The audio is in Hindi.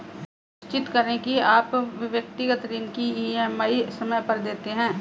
सुनिश्चित करें की आप व्यक्तिगत ऋण की ई.एम.आई समय पर देते हैं